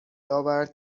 آورد